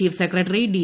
chief secretary D